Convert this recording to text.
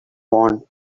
want